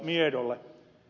miedolle